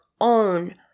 own